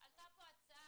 עלתה פה הצעה,